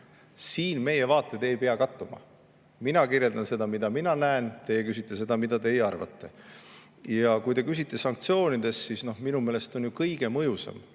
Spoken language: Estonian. Siin meie vaated ei pea kattuma. Mina kirjeldan seda, mida mina näen, teie küsite seda, mida teie arvate. Ja kui te küsite sanktsioonide kohta, siis minu meelest on kõige mõjusam